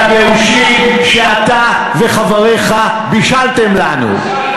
את הבאושים שאתה וחבריך בישלתם לנו.